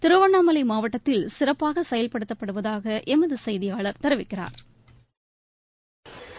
திருவண்ணாமலை மாவட்டத்தில் சிறப்பாக செயல்படுத்தப்படுவதாக எமது செய்தியாளா் தெரிவிக்கிறா்